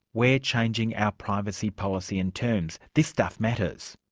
we're changing our privacy policy and terms. this stuff matters.